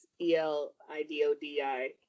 E-L-I-D-O-D-I